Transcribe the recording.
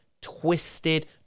twisted